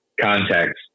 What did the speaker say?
context